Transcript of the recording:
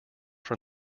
from